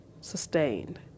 sustained